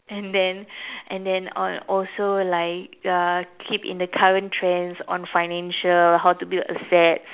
and then and then on also like uh keep in the current trends on financial on how to build asset